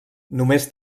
només